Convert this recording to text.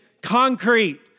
concrete